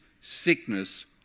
sickness